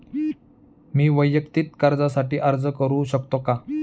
मी वैयक्तिक कर्जासाठी अर्ज करू शकतो का?